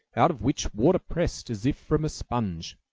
out of which water pressed, as if from a sponge.